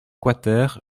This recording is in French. quater